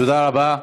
תודה רבה.